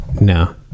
no